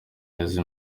meza